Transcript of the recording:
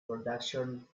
production